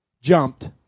jumped